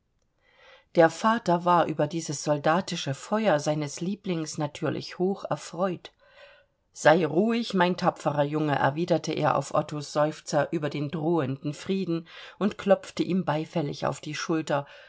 der vater war über dieses soldatische feuer seines lieblings natürlich hoch erfreut sei ruhig mein tapferer junge erwiderte er auf ottos seufzer über den drohenden frieden und klopfte ihm beifällig auf die schulter